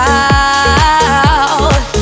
out